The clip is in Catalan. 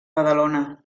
badalona